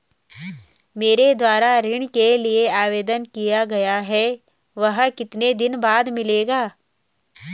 मेरे द्वारा ऋण के लिए आवेदन किया गया है वह कितने दिन बाद मिलेगा?